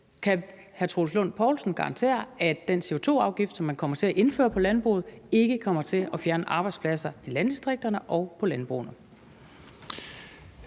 Kan hr. Troels Lund Poulsen garantere, at den CO2-afgift, som man kommer til at indføre på landbruget, ikke kommer til at fjerne arbejdspladser i landdistrikterne og på landbrugene?